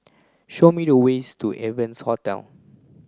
show me the ways to Evans Hostel